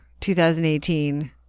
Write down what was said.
2018